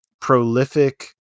prolific